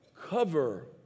Cover